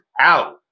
out